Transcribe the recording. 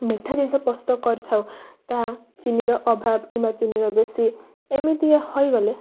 ମିଠା ଜିନିଷ ପ୍ରସ୍ତୁତ କରିଥାଉ ତାହା ଚିନିର ଅଭାବ କିମ୍ବା ଚିନିର ବେଶି ଏମିତିଆ ହଇଗଲେ